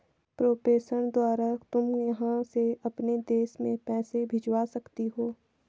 प्रेषण द्वारा तुम यहाँ से अपने देश में पैसे भिजवा सकती हो